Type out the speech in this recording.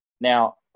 Now